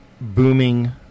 booming